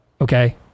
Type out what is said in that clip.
okay